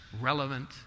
relevant